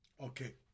Okay